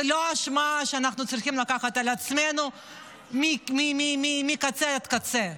ולא אשמה שאנחנו צריכים לקחת על עצמנו מקצה לקצה.